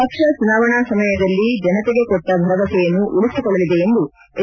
ಪಕ್ಷ ಚುನಾವಣಾ ಸಮಯದಲ್ಲಿ ಜನತೆಗೆ ಕೊಟ್ಟ ಭರವಸೆಯನ್ನು ಉಳಿಸಿಕೊಳ್ಳಲಿದೆ ಎಂದು ಎಚ್